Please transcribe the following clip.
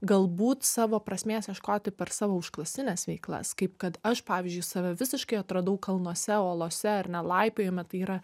galbūt savo prasmės ieškoti per savo užklasines veiklas kaip kad aš pavyzdžiui save visiškai atradau kalnuose olose ar ne laipiojime tai yra